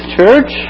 church